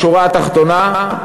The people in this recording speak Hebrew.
בשורה התחתונה,